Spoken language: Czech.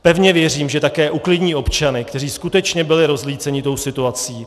Pevně věřím, že také uklidní občany, kteří skutečně byli rozlíceni tou situací.